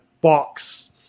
box